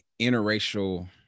interracial